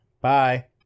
Bye